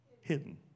hidden